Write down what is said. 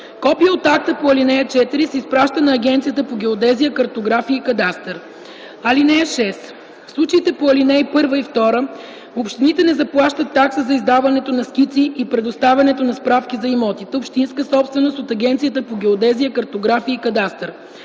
Копие от акта по ал. 4 се изпраща на Агенцията по геодезия, картография и кадастър. (6) В случаите по ал. 1 и 2 общините не заплащат такса за издаването на скици и предоставянето на справки за имотите – общинска собственост, от Агенцията по геодезия, картография и кадастър.”